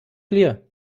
clear